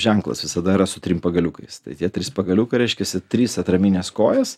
ženklas visada yra su trim pagaliukais tai tie trys pagaliukai reiškiasi trys atraminės kojas